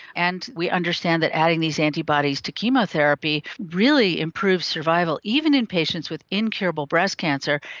and we understand that adding these antibodies to chemotherapy really improves survival, even in patients with incurable breast cancer,